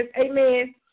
amen